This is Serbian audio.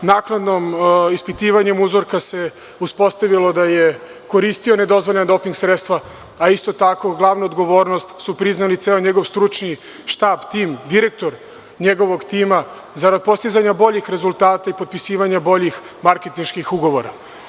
Naknadnim ispitivanjem uzorka se uspostavilo da je koristio nedozvoljena doping sredstava, a isto tako glavnu odgovornost su priznali ceo njegov stručni štab tim, direktor njegovog tima zarad postizanja boljih rezultata i potpisivanja boljih marketinških ugovora.